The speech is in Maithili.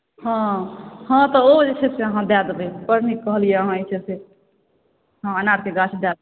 हँ तऽ ओ जे छै अहाँ दए देबै ठीक कहलिए अहाँ हँ अनारके गाछ दए देबै